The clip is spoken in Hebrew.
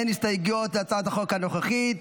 אין הסתייגויות להצעת החוק הנוכחית,